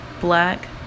black